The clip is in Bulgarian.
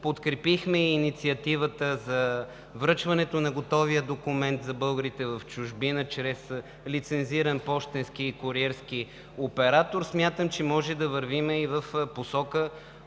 Подкрепихме и инициативата за връчването на готовия документ за българите в чужбина чрез лицензиран пощенски и куриерски оператор. Смятам, че можем да вървим и в посока